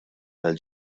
tal